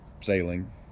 sailing